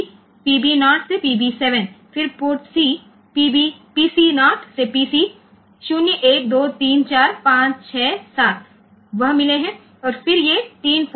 તેથી PB 0 થી PB 7 છે પછી પોર્ટ C PC 0 થી PC 0 1 2 3 4 5 6 7 છે